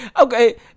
Okay